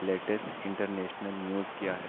latest international news کیا ہے